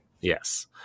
Yes